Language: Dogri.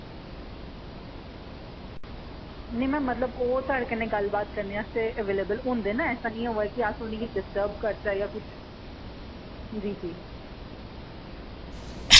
निं मैम मतलब ओह् साढ़े कन्नै गल्ल बात करने आस्तै अवेलेबल होंदे ना ऐसा निं होऐ कि अस उ'नें गी डिस्टर्ब करचै यां कुछ जी जी